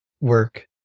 work